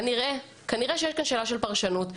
כנראה יש כאן שאלה של פרשנות.